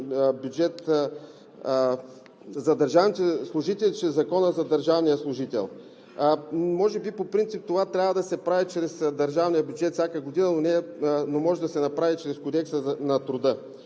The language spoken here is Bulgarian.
уредено за държавните служители чрез Закона за държавния служител. Може би по принцип това трябва да се прави чрез държавния бюджет всяка година, но може да се направи и чрез Кодекса на труда.